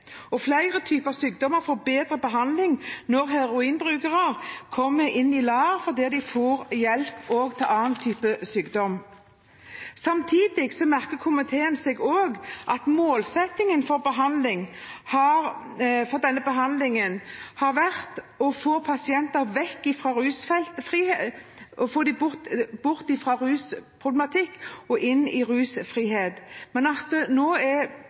og flere typer sykdommer får bedre behandling når heroinbrukere kommer inn i LAR, fordi de får hjelp også til annen type sykdom. Samtidig merker komiteen seg at målsettingen for denne behandlingen har vært å få pasienter vekk fra rusproblematikk og inn i rusfrihet. Nå er dette på en måte snudd. Vi har færre som går ut av behandling. Det er lett å komme inn, men det er